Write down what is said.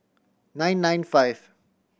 nine nine five